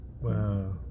Wow